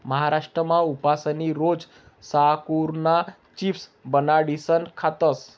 महाराष्ट्रमा उपासनी रोज साकरुना चिप्स बनाडीसन खातस